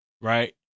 Right